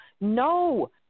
no